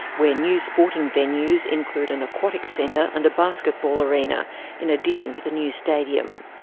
where new sporting venues include an aquatic centre and a basketball arena in addition to the new stadium.